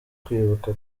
kwibuka